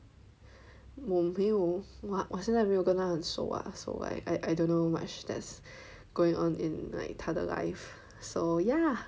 我没有我现在没有跟他很熟 [what] so I don't know much that's going on in like 他的 life so ya